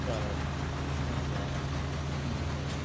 చాలా మంచిగా అన్నిటినీ